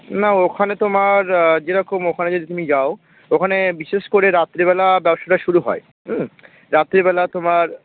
না ওখানে তোমার যেরকম ওখানে তুমি যদি যাও ওখানে বিশেষ করে রাত্রেবেলা ব্যবসাটা শুরু হয় হুম রাত্রিবেলা তোমার